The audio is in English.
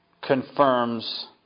confirms